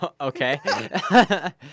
Okay